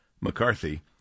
McCarthy